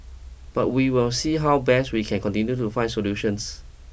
but we will see how best we can continue to find solutions